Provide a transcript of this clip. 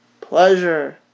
pleasure